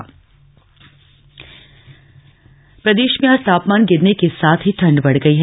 मौसम प्रदेश में आज तापमान गिरने के साथ ही ठंड बढ़ गई है